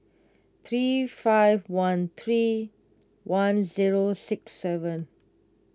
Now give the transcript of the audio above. three five one three one zero six seven